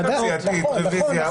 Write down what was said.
התייעצות סיעתית, רביזיה.